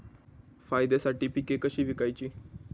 फायद्यासाठी पिके कशी विकायची?